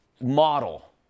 model